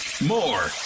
more